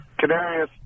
Canarius